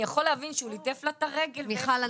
אני יכול להבין שהוא ליטף לה את הרגל' -- מיכל,